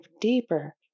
deeper